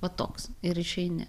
va toks ir išeini